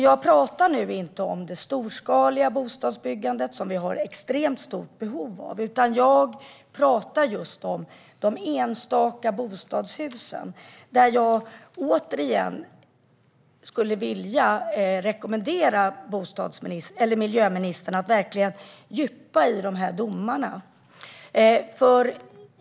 Jag pratar nu inte om det storskaliga bostadsbyggandet, som vi har extremt stort behov av, utan just om enstaka bostadshus. Återigen skulle jag rekommendera miljöministern att fördjupa sig i domarna.